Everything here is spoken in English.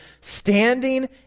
standing